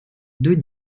deux